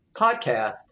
podcast